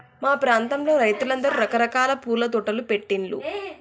మా ప్రాంతంలో రైతులందరూ రకరకాల పూల తోటలు పెట్టిన్లు